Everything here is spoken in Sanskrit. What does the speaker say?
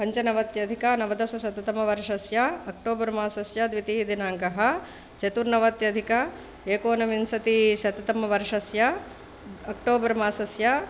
पञ्चनवत्यधिकनवदशशततमवर्षस्य अक्टोबर् मासस्य द्वितीयदिनाङ्कः चतुर्नवत्यधिकेकोनविंशतिशततमवर्षस्य अक्टोबर् मासस्य